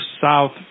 south